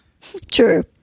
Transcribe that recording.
True